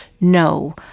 no